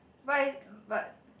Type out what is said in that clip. but it mm but